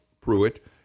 Pruitt